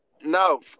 No